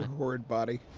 horde body.